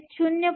0 0